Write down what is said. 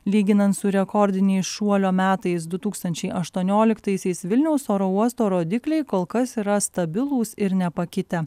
lyginant su rekordiniais šuolio metais du tūkstančiai aštuonioliktaisiais vilniaus oro uosto rodikliai kol kas yra stabilūs ir nepakitę